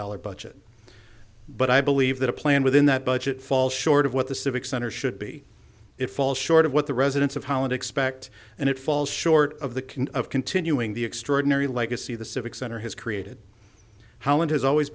dollars budget but i believe that a plan within that budget falls short of what the civic center should be it falls short of what the residents of holland expect and it falls short of the can of continuing the extraordinary legacy the civic center has created how it has always